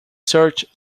search